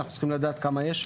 אנחנו צריכים לדעת כמה יש שם.